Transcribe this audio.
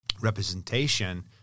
representation